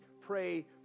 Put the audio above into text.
pray